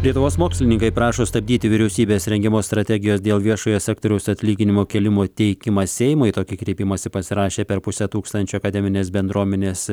lietuvos mokslininkai prašo stabdyti vyriausybės rengiamos strategijos dėl viešojo sektoriaus atlyginimo kėlimo teikimą seimui tokį kreipimąsi pasirašė per pusę tūkstančio akademinės bendruomenės